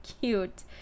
cute